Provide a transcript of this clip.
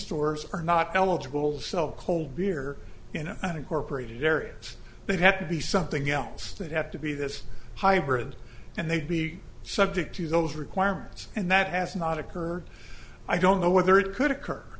stores are not eligible sell cold beer you know an incorporated areas they have to be something else they'd have to be this hybrid and they'd be subject to those requirements and that has not occurred i don't know whether it could occur